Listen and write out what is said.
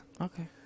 okay